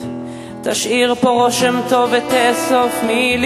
איראן היא סכנה,